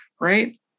right